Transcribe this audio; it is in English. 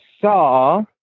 saw